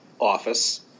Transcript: office